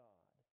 God